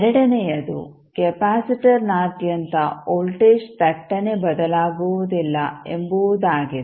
ಎರಡನೆಯದು ಕೆಪಾಸಿಟರ್ನಾದ್ಯಂತ ವೋಲ್ಟೇಜ್ ಥಟ್ಟನೆ ಬದಲಾಗುವುದಿಲ್ಲ ಎಂಬುವುದಾಗಿದೆ